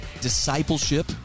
discipleship